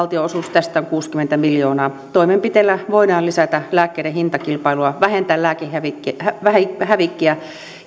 tästä on kuusikymmentä miljoonaa toimenpiteillä voidaan lisätä lääkkeiden hintakilpailua vähentää lääkehävikkiä vähentää lääkehävikkiä